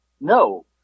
No